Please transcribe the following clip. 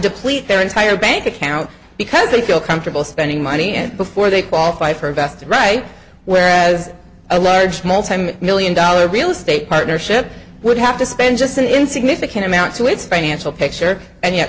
deplete their entire bank account because they feel comfortable spending money and before they qualify for a best right whereas a large multimillion dollar real estate partnership would have to spend just an insignificant amount to its financial picture and yet